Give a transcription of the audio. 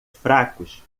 fracos